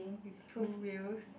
with two wheels